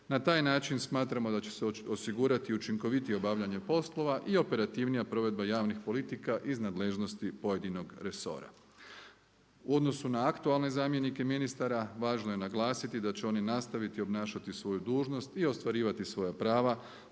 Na taj način smatramo da će se osigurati učinkovitije obavljanje poslova i operativnija provedba javnih politika iz nadležnosti pojedinog resora. U odnosu na aktualne zamjenike ministara važno je naglasiti da će oni nastaviti obnašati svoju dužnost i ostvarivati svoja prava